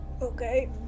okay